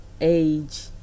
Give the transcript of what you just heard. age